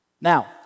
Now